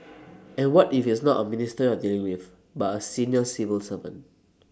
and what if it's not A minister you're dealing with but A senior civil servant